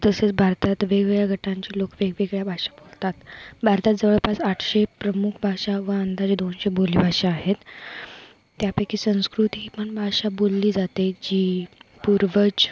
तसेच भारतात वेगवेगळ्या गटांचे लोक वेगवेगळ्या भाषा बोलतात भारतात जवळपास आठशे प्रमुख भाषा व अंदाजे दोनशे बोलीभाषा आहेत त्यापैकी संस्कृती ही पण भाषा बोलली जाते जी पूर्वज